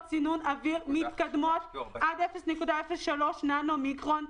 סינון אוויר מתקדמות עד 0.03 ננו מיקרון,